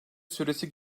süresi